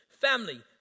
family